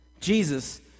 Jesus